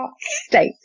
state